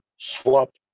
swap